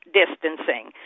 distancing